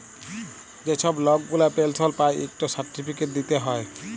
যে ছব লক গুলা পেলশল পায় ইকট সার্টিফিকেট দিতে হ্যয়